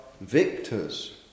victors